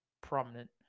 prominent